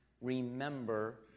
remember